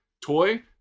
toy